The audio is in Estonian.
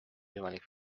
võimalik